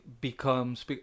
becomes